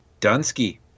Dunsky